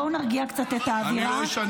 הוא השר